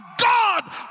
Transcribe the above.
God